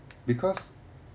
because